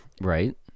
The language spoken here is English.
right